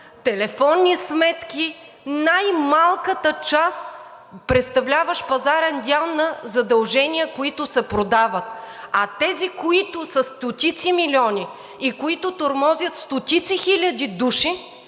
телефонни сметки – най-малката част, представляваща пазарен дял на задълженията, които се продават, а тези, които са стотици милиони и които тормозят стотици хиляди души,